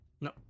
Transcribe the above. no